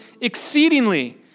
exceedingly